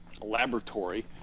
laboratory